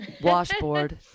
Washboard